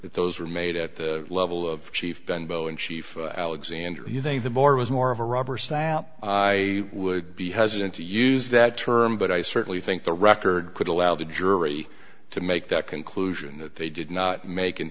that those were made at the level of chief ben bowen chief alexander you think the more was more of a rubber stamp i would be hesitant to use that term but i certainly think the record could allow the jury to make that conclusion that they did not make an